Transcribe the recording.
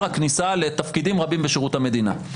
הכניסה לתפקידים רבים בשירות המדינה.